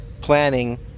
planning